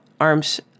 arms